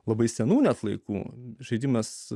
labai senų net laikų žaidimas